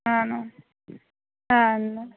ആണോ ആ എന്നാൽ